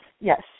Yes